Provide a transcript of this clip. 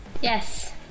Yes